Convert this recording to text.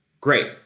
Great